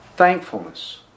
thankfulness